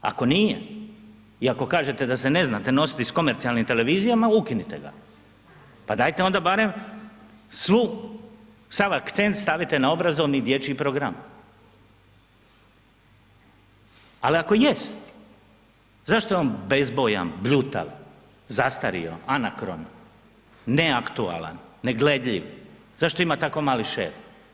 Ako nije i ako kažete da se ne znate nositi s komercijalnim televizijama, ukinite ga, pa dajte onda barem svu, sav akcent stavite na obrazovni dječji program, al ako jest zašto je on bezbojan, bljutav, zastario, anakron, neaktualan, ne gledljiv, zašto ima tako mali ŠeR?